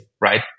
right